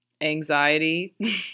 anxiety